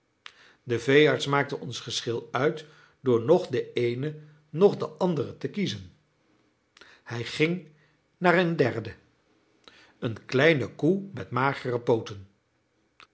de veearts maakte ons geschil uit door noch de eene noch de andere te kiezen hij ging naar eene derde eene kleine koe met magere pooten